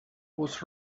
was